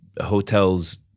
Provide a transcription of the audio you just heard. hotels